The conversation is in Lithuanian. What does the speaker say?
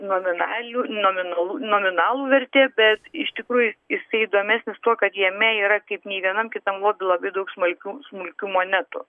nominaliai nominalų nominalų vertė bet iš tikrųjų jisai įdomesnis tuo kad jame yra kaip nė vienam kitam loby daug smulkių smulkių monetų